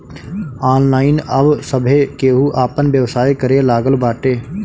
online अब सभे केहू आपन व्यवसाय करे लागल बाटे